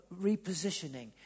repositioning